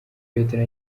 petero